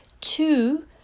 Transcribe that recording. Two